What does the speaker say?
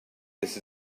this